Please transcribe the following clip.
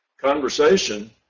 conversation